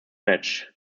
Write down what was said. match